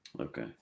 Okay